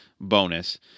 bonus